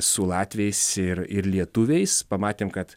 su latviais ir ir lietuviais pamatėm kad